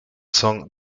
song